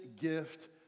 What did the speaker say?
gift